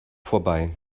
vorbei